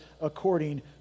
according